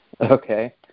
Okay